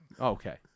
okay